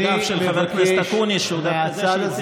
ל-50,